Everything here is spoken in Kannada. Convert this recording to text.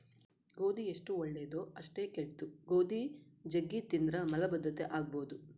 ಗೋಧಿ ಎಷ್ಟು ಒಳ್ಳೆದೊ ಅಷ್ಟೇ ಕೆಟ್ದು, ಗೋಧಿ ಜಗ್ಗಿ ತಿಂದ್ರ ಮಲಬದ್ಧತೆ ಆಗಬೊದು